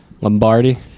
Lombardi